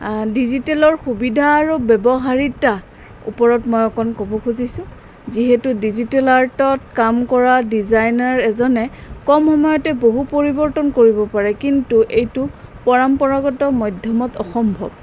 ডিজিটেলৰ সুবিধা আৰু ব্যৱহাৰিতা ওপৰত মই অকণ ক'ব খুজিছোঁ যিহেতু ডিজিটেল আৰ্টত কাম কৰা ডিজাইনাৰ এজনে কম সময়তে বহু পৰিৱৰ্তন কৰিব পাৰে কিন্তু এইটো পৰম্পৰাগত মধ্যমত অসম্ভৱ